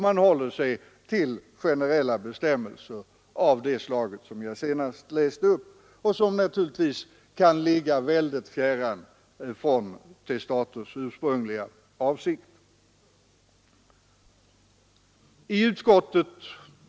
Man håller 'sig därför till generella bestämmelser av det slag som jag läste upp och som naturligtvis kan ligga fjärran från testators ursprungliga avsikt.